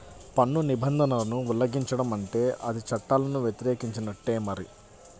పన్ను నిబంధనలను ఉల్లంఘించడం అంటే అది చట్టాలను వ్యతిరేకించినట్టే మరి